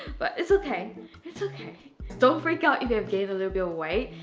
but it's okay it's okay don't freak out if you have gave a little bit of weight,